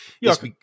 Yes